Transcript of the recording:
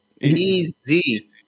Easy